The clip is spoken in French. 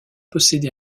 possédé